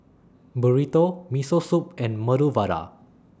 Burrito Miso Soup and Medu Vada